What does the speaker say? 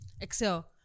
excel